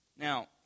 Now